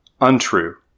untrue